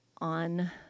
on